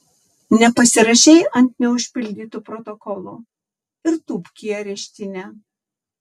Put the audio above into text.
nepasirašei ant neužpildyto protokolo ir tūpk į areštinę